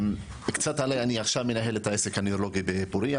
קצת עליי - אני עכשיו מנהל את העסק הנוירולוגי בפוריה.